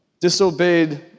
Disobeyed